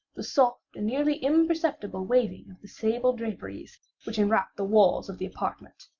the soft and nearly imperceptible waving of the sable draperies which enwrapped the walls of the apartment.